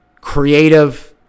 creative